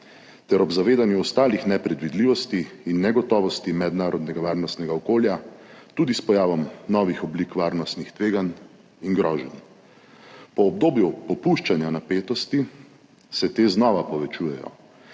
ter ob zavedanju ostalih nepredvidljivosti in negotovosti mednarodnega varnostnega okolja, tudi s pojavom novih oblik varnostnih tveganj in groženj. Po obdobju popuščanja napetosti se te znova povečujejo